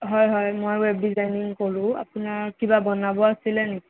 হয় হয় মই ৱেব ডিজাইন কৰোঁ আপোনাৰ কিবা বনাব আছিলে নেকি